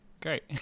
Great